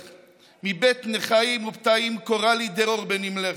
// מבית נכאים ופתאים / קורא לי דרור בנמלך.